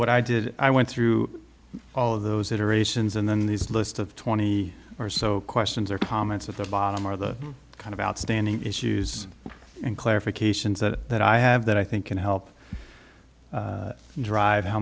what i did i went through all of those iterations and then these lists of twenty or so questions or comments at the bottom are the kind of outstanding issues and clarifications that that i have that i think can help drive how